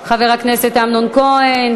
ההצעה להעביר את הצעת חוק העונשין (תיקון,